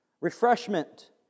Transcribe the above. refreshment